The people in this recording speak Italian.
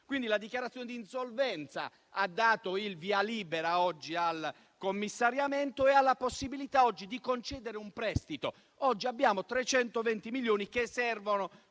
stesso. La dichiarazione di insolvenza ha dato il via libera al commissariamento e alla possibilità di concedere un prestito. Oggi abbiamo 320 milioni che servono,